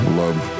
love